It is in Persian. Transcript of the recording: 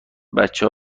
بچه